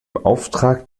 auftrag